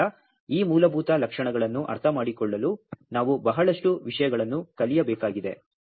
ಆದ್ದರಿಂದ ಈ ಮೂಲಭೂತ ಲಕ್ಷಣಗಳನ್ನು ಅರ್ಥಮಾಡಿಕೊಳ್ಳಲು ನಾವು ಬಹಳಷ್ಟು ವಿಷಯಗಳನ್ನು ಕಲಿಯಬೇಕಾಗಿದೆ